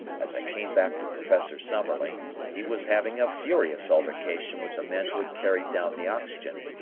as i came back to professor summerlee, he was having a furious altercation with the men who had carried down the oxygen,